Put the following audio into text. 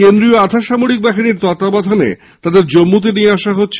কেন্দ্রীয় আধা সামরিক বাহিনীর তত্ত্বাবধানে তাদের জম্মুতে নিয়ে আসা হচ্ছে